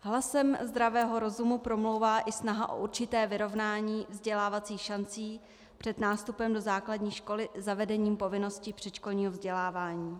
Hlasem zdravého rozumu promlouvá i snaha o určité vyrovnání vzdělávacích šancí před nástupem do základní školy zavedením povinnosti předškolního vzdělávání.